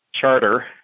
charter